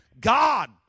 God